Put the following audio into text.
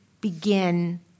begin